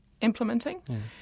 implementing